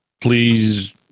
please